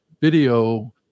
video